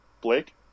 Blake